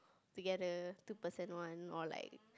together two person one or like